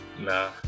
nah